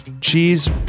cheese